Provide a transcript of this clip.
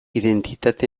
identitate